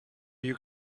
you